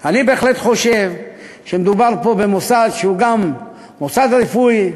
אני בהחלט חושב שמדובר פה במוסד שהוא גם מוסד רפואי,